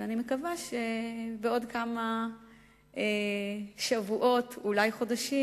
אני מקווה שבעוד כמה שבועות, אולי חודשים,